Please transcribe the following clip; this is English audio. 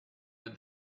that